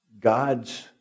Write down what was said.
God's